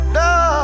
no